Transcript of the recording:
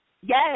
Yes